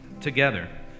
together